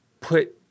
put